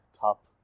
top